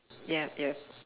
ya yup